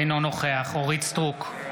אינו נוכח אורית מלכה סטרוק,